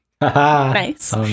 Nice